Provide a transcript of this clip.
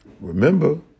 Remember